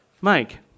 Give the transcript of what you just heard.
Mike